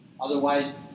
Otherwise